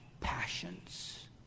passions